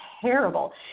terrible